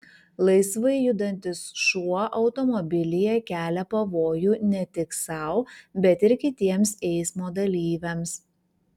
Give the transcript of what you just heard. laisvai judantis šuo automobilyje kelia pavojų ne tik sau bet ir kitiems eismo dalyviams